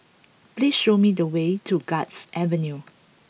please show me the way to Guards Avenue